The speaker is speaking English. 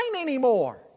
anymore